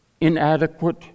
inadequate